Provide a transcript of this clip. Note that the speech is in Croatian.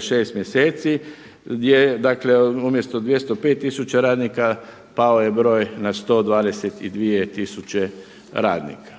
šest mjeseci, gdje dakle umjesto 205 tisuća radnika pao je broj na 122 tisuće radnika.